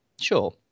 Sure